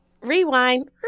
Rewind